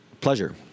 pleasure